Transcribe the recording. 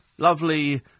Lovely